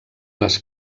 les